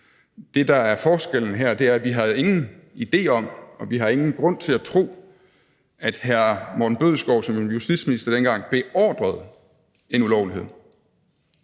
Det, der er forskellen her, er, at vi har ingen idé om og vi har ingen grund til at tro, at hr. Morten Bødskov, som var justitsminister dengang, beordrede en ulovlighed.